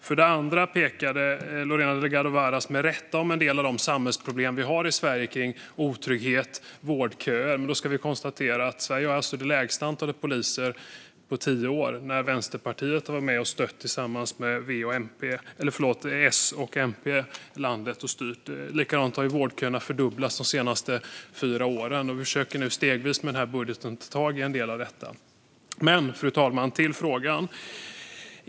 För det andra pekade Lorena Delgado Varas med rätta på en del av de samhällsproblem vi har i Sverige med otrygghet och vårdköer. Men Sverige har alltså det minsta antalet poliser på tio år efter att Vänsterpartiet har stött Socialdemokraternas och Miljöpartiets styre. Vidare har vårdköerna fördubblats de senaste fyra åren. Vi försöker stegvis med denna budget ta tag i en del av detta. Men, fru talman, till frågan.